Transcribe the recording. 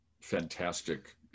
fantastic